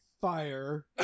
Fire